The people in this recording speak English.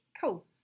Cool